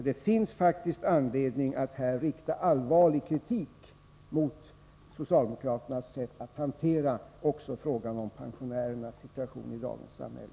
Det finns faktiskt anledning att här rikta allvarlig kritik mot socialdemokraternas sätt att hantera också frågan om pensionärernas situation i dagens samhälle.